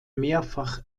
mehrfach